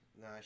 No